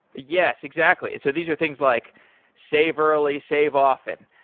yes, exactly. and so these are things like save early, save often.